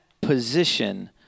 position